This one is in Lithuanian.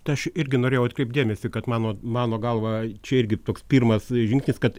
tai aš irgi norėjau atkreipt dėmesį kad mano mano galva čia irgi toks pirmas žingsnis kad